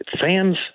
fans